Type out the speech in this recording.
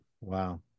Wow